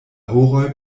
horoj